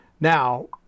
Now